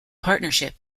partnership